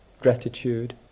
gratitude